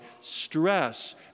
stress